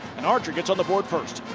and archer gets on the board first.